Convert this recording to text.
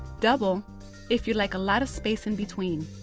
double if you like a lot of space in-between.